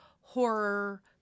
horror